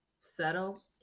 settle